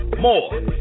more